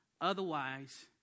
Otherwise